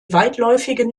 weitläufigen